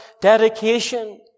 dedication